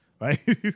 Right